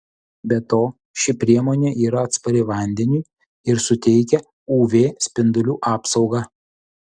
be to ši priemonė yra atspari vandeniui ir suteikia uv spindulių apsaugą